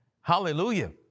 Hallelujah